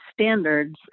standards